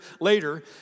later